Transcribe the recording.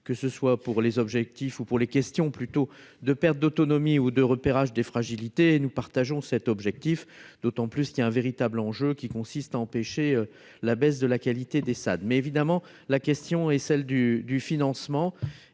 que ce soit pour les objectifs ou pour les questions plutôt de perte d'autonomie ou de repérage des fragilités, nous partageons cet objectif d'autant plus, il y a un véritable enjeu qui consiste à empêcher la baisse de la qualité des stades, mais évidemment, la question est celle du du financement